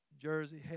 jersey